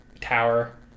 tower